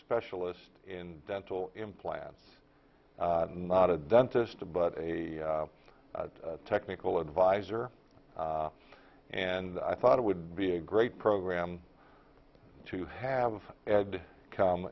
specialist in dental implants not a dentist but a technical adviser and i thought it would be a great program to have had come